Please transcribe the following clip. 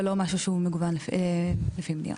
אבל לא משהו שהוא מגוון לפי מדינה.